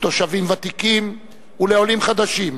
לתושבים ותיקים ולעולים חדשים,